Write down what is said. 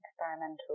experimental